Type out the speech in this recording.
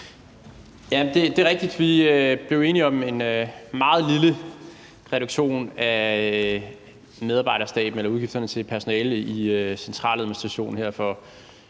Det er rigtigt, at vi blev enige om en meget lille reduktion af medarbejderstaben eller af udgifterne til personale i centraladministrationen her for